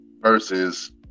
versus